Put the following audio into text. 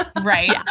Right